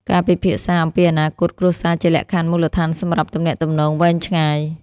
ការពិភាក្សាអំពីអនាគតគ្រួសារជាលក្ខខណ្ឌមូលដ្ឋានសម្រាប់ទំនាក់ទំនងវែងឆ្ងាយ។